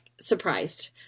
surprised